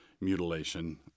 mutilation